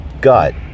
gut